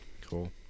Cool